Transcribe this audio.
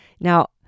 now